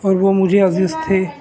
اور وہ مجھے عزیز تھے